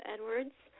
Edwards